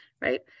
right